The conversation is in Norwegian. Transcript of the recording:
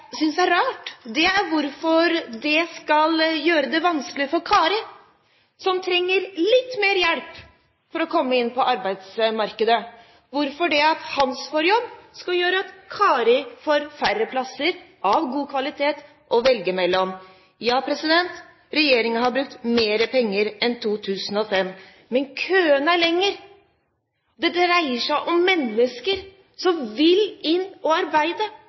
rart, er hvorfor det skal gjøre det vanskelig for Kari – som trenger litt mer hjelp for å komme inn på arbeidsmarkedet – at Hans får jobb, og at Kari får færre plasser av god kvalitet å velge imellom. Ja, regjeringen har brukt mer penger enn i 2005, men køene er lengre. Det dreier seg om mennesker som vil inn å arbeide,